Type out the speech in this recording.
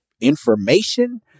information